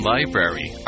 Library